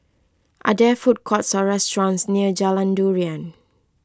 are there food courts or restaurants near Jalan Durian